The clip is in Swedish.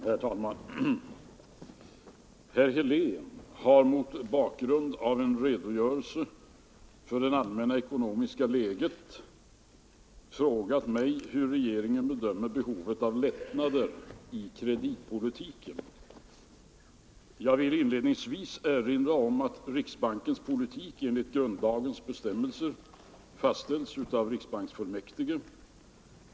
Herr talman! Herr Helén har mot bakgrund av en redogörelse för det allmänna ekonomiska läget frågat mig hur regeringen bedömer behovet av lättnader i kreditpolitiken. Jag vill inledningsvis erinra om att riksbankens politik enligt grundlagens bestämmelser fastställs av riksbanksfullmäktige.